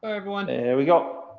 everyone. here we go.